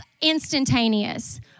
instantaneous